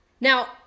Now